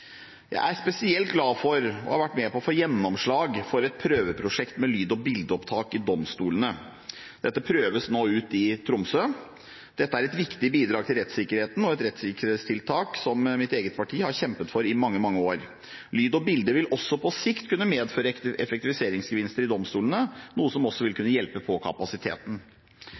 Jeg er spesielt glad for å ha vært med på å få gjennomslag for et prøveprosjekt med lyd- og bildeopptak i domstolene. Dette prøves nå ut i Tromsø. Dette er et viktig bidrag til rettssikkerheten og et rettssikkerhetstiltak som mitt eget parti har kjempet for i årevis. Lyd og bilde vil også på sikt kunne medføre effektiviseringsgevinster i domstolene, noe som også vil kunne hjelpe på kapasiteten.